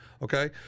Okay